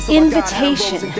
invitation